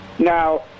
Now